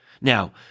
now